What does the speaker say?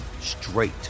straight